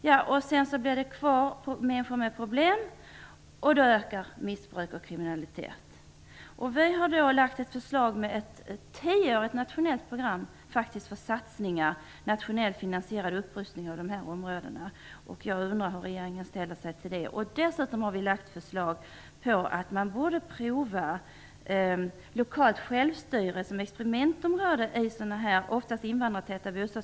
De som stannar kvar är ofta människor med problem, vilket gör att missbruk och kriminalitet ökar. Centern har motionerat om ett tioårigt nationellt program för en nationellt finaniserad upprustning av dessa bostadsområden. Jag undrar hur regeringen ställer sig till det. Vi har också föreslagit att man bör prova lokalt självstyre som experiment i sådana här, ofta invandrartäta, områden.